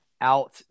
out